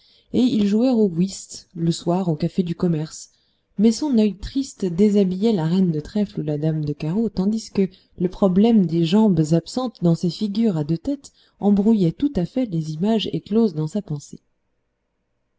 et ils jouèrent au whist le soir au café du commerce mais son oeil triste déshabillait la reine de trèfle ou la dame de carreau tandis que le problème des jambes absentes dans ces figures à deux têtes embrouillait tout à fait les images écloses en sa pensée